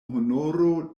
honoro